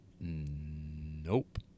Nope